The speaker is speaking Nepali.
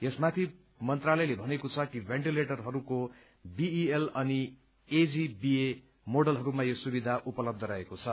यसमाथि मन्त्रालयले भनेको छ कि भेन्टिलेटरहरूको बीईएल अनि एजीबीए मोडलहरूमा यो सुविधा उपलब्ध रहेको छ